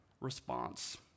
response